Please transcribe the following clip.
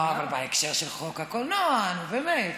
לא, אבל בהקשר של חוק הקולנוע, נו, באמת.